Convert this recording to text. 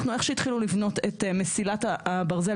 אנחנו איך שהתחילו לבנות את מסילת הברזל